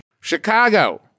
Chicago